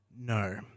No